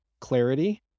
Clarity